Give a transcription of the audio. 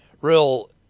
real